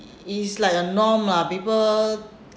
it's like a norm lah people